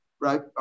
right